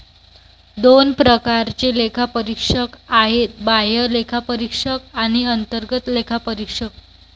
दोन प्रकारचे लेखापरीक्षक आहेत, बाह्य लेखापरीक्षक आणि अंतर्गत लेखापरीक्षक